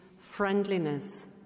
friendliness